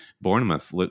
Bournemouth